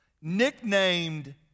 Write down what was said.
nicknamed